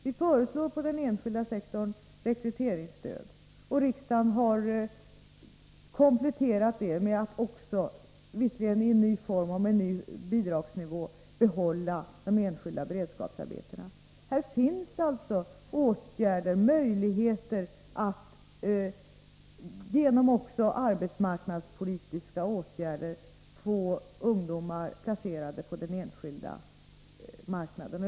Vi föreslår rekryteringsstöd inom den enskilda sektorn, och utskottet vill komplettera det med att också, visserligen i en ny form och med en ny bidragsnivå, behålla de enskilda beredskapsarbetena. Här finns alltså möjligheter att genom arbetsmarknadspolitiska åtgärder få ungdomar placerade på den enskilda marknaden.